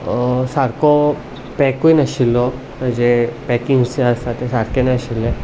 सारको पॅकूय नाशिल्लो म्हणजे पॅकिंग जें आसा तें सारकें नाशिल्लें